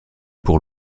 pour